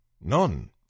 none